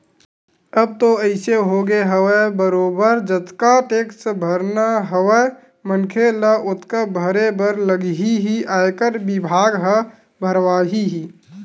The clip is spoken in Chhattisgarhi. अब तो अइसे होगे हवय बरोबर जतका टेक्स भरना हवय मनखे ल ओतका भरे बर लगही ही आयकर बिभाग ह भरवाही ही